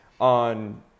on